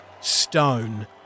stone